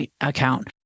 account